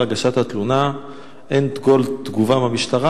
הגשת התלונה אין כל תגובה מהמשטרה?